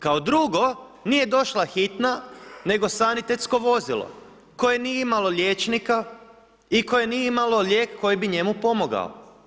Kao drugo nije došla hitna nego sanitetsko vozilo koje nije imalo liječnika i koje nije imalo lijek koji bi njemu pomogao.